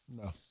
No